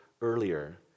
earlier